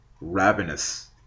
ravenous